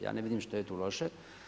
Ja ne vidim što je tu loše.